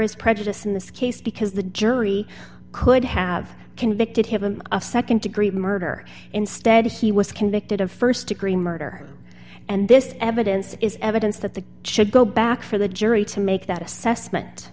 is prejudice in this case because the jury could have convicted him of nd degree murder instead he was convicted of st degree murder and this evidence is evidence that they should go back for the jury to make that assessment